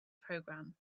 program